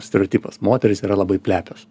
stereotipas moterys yra labai plepios